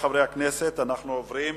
חברי חברי הכנסת, אנחנו עוברים